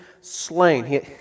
slain